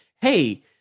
hey